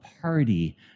party